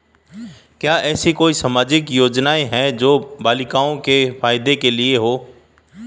क्या ऐसी कोई सामाजिक योजनाएँ हैं जो बालिकाओं के फ़ायदे के लिए हों?